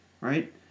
right